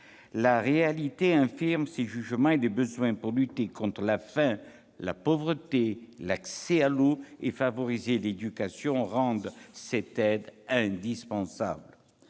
la réalité infirme ces jugements, et les besoins pour lutter contre la faim, la pauvreté, permettre à l'accès à l'eau et favoriser l'éducation rendent cette aide indispensable.